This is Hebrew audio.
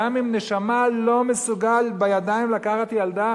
אדם עם נשמה לא מסוגל לקחת בידיים ילדה